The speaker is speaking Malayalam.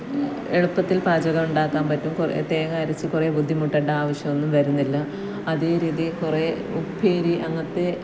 എളുപ്പത്തിൽ പാചകം ഉണ്ടാക്കാൻ പറ്റും കുറേ തേങ്ങ അരച്ച് കുറേ ബുദ്ധിമുട്ടേണ്ട ആവശ്യമൊന്നും വരുന്നില്ല അതേ രീതിയിൽ കുറേ ഉപ്പേരി അങ്ങനത്തെ